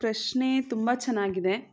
ಪ್ರಶ್ನೆ ತುಂಬ ಚೆನ್ನಾಗಿದೆ